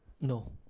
no